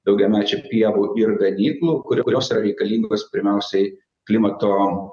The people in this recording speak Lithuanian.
daugiamečių pievų ir ganyklų kuri kurios yra reikalingos pirmiausiai klimato